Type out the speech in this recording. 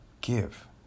Give